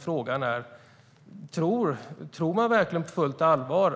Frågan är då: Tror man verkligen på fullt allvar